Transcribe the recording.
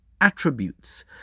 attributes